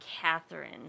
Catherine